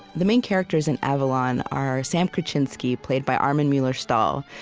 the main characters in avalon are sam krichinsky, played by armin mueller-stahl,